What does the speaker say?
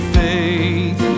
faith